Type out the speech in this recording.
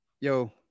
Yo